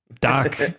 Doc